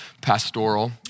pastoral